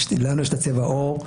לנו יש את צבע העור,